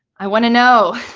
i want to know.